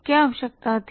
क्या आवश्यकता थी